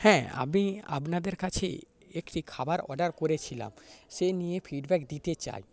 হ্যাঁ আমি আপনাদের কাছে একটি খাবার অর্ডার করেছিলাম সেই নিয়ে ফিডব্যাক দিতে চাই